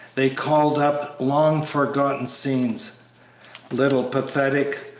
they called up long-forgotten scenes little pathetic,